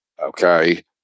Okay